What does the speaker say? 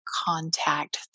contact